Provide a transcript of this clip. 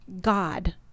God